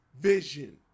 vision